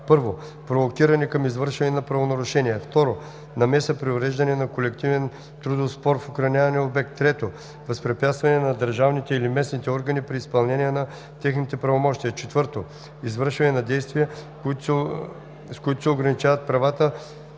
1. провокиране към извършване на правонарушения; 2. намеса при уреждане на колективен трудов спор в охранявания обект; 3. възпрепятстване на държавните или местните органи при изпълнение на техните правомощия; 4. извършване на действия, с които се ограничават правата